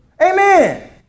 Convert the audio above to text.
Amen